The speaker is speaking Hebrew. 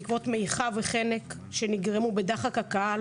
בעקבות מעיכה וחנק שנגרמו בדחק הקהל